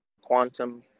quantum